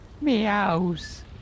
MEOWS